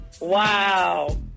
Wow